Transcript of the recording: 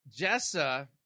Jessa